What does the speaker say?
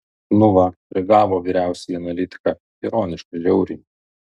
nu va prigavo vyriausiąjį analitiką ironiška žiauriai